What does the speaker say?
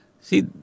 See